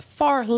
far